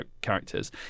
characters